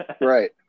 Right